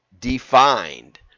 Defined